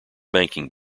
banking